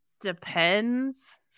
depends